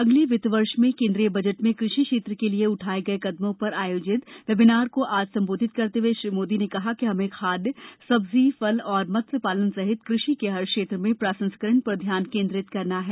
अगले वित्त वर्ष में केंद्रीय बजट में कृषि क्षेत्र के लिए उठाए गए कदमों पर आयोजित वेबिनार को आज संबोधित करते हुए श्री मोदी ने कहा कि हमें खाद्यए सब्जीए फल और मत्स्यपालन सहित कृषि के हर क्षेत्र में प्रसंस्करण पर ध्यान केंद्रित करना है